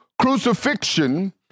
Crucifixion